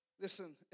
listen